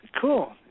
cool